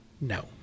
No